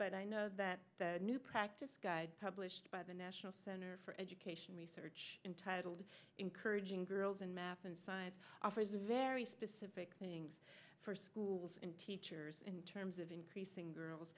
but i know that the new practice guide published by the national center for education research in titled encouraging girls in math and side offers a very specific things for schools and teachers in terms of increasing girls